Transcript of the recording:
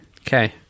Okay